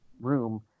room